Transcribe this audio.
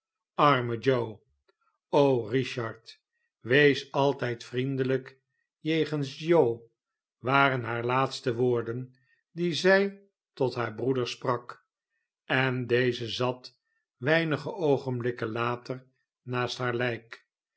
arme joe kichard wees altijd vriendelijk jegens joe waren hare laatste woorden die zij tot haar broeder sprak en deze zat weinige oogenblikken later naast haar lijk